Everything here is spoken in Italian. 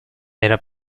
era